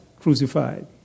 crucified